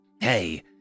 Hey